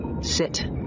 Sit